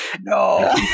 No